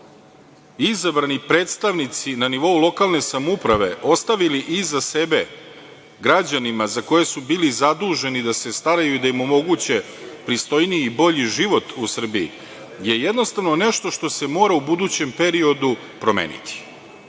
izabrani predstavnici na nivou lokalne samouprave ostavili iza sebe građanima za koje su bili zaduženi da se staraju i da im omoguće pristojniji i bolji život u Srbiji je jednostavno nešto što se mora u budućem periodu promeniti. Ne